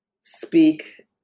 speak